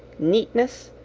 neatness,